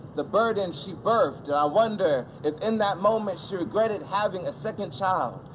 the burden she birthed. and i wonder if in that moment she regretted having a second child.